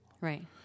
Right